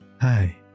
Hi